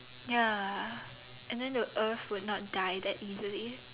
ya and then the earth would not die that easily